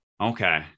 Okay